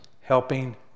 Helping